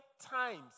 times